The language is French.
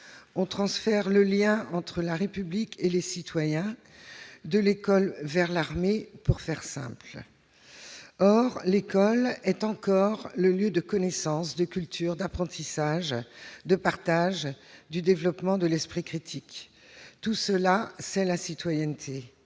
on transfère ainsi le lien entre la République et les citoyens de l'école vers l'armée. Or l'école est encore le lieu de la connaissance, de la culture, de l'apprentissage, du partage et du développement de l'esprit critique. Tout cela façonne la citoyenneté,